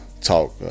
talk